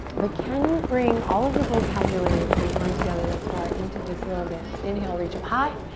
but can you bring all of the vocabulary that we've learned together thus far into this little dance? inhale, reach up high.